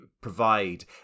provide